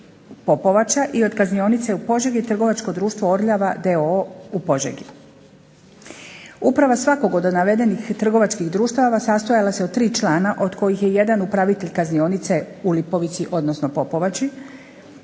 Popovača i od kaznionice u Požegi Trgovačko društvo Orljava d.o.o. u Požegi. Uprava svakog od navedenih trgovačkih društava sastojala se od 3 člana od kojih je jedan upravitelj kaznionice u Lipovici, odnosno Popovači,